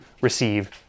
receive